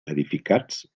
edificats